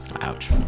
ouch